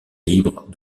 libre